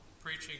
preaching